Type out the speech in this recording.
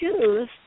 choose